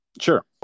sure